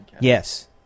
Yes